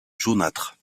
jaunâtre